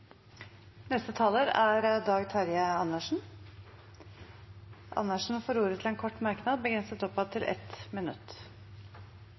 Dag Terje Andersen har hatt ordet to ganger tidligere og får ordet til en kort merknad, begrenset